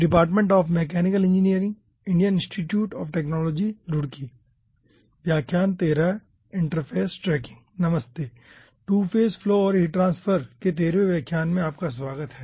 नमस्ते two phase flow और heat transfer के तेरहवें व्याख्यान में आपका स्वागत है